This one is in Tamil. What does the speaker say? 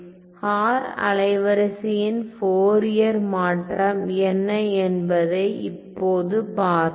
ஹார் அலைவரிசையின் ஃபோரியர் மாற்றம் என்ன என்பதை இப்போது பார்ப்போம்